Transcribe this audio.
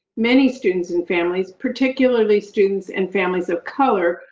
many students and families, particularly students and families of color,